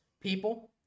People